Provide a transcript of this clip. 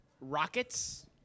rockets